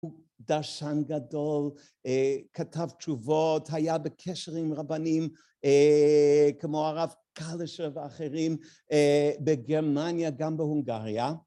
הוא דרשן גדול, כתב תשובות, היה בקשר עם רבנים כמו הרב קלישר ואחרים בגרמניה, גם בהונגריה